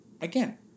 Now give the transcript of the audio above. again